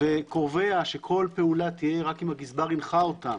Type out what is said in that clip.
וקובע שכל פעולה תהיה רק אם הגזבר הנחה אותם